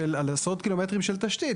על עשרות קילומטרים של תשתית.